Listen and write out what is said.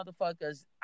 motherfuckers